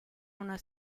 una